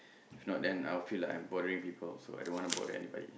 if not then I will feel like I'm bothering people also I don't want to bother anybody